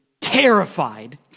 terrified